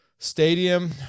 stadium